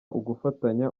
ugufatanya